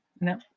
No